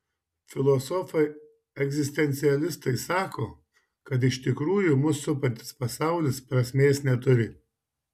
filosofai egzistencialistai sako kad iš tikrųjų mus supantis pasaulis prasmės neturi